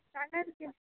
ٹنگن کیٛاہ